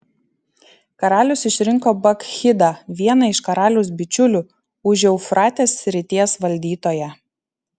karalius išrinko bakchidą vieną iš karaliaus bičiulių užeufratės srities valdytoją